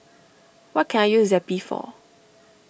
what can I use Zappy for